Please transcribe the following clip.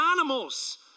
animals